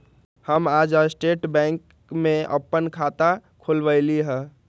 हम आज Bharatiya state bank में अप्पन खाता खोलबईली ह